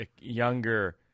younger